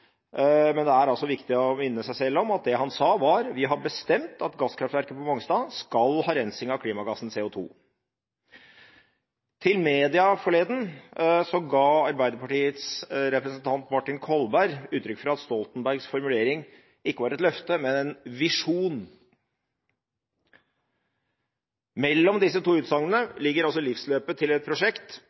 men det er altså viktig å minne seg selv om at det han sa var at «vi har bestemt at gasskraftverket på Mongstad skal ha rensing av klimagassen CO2.» Til media forleden ga Arbeiderpartiets representant Martin Kolberg uttrykk for at Stoltenbergs formulering ikke var et løfte, men en visjon. Mellom disse to utsagnene ligger altså livsløpet til et prosjekt